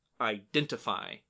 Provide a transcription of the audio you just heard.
identify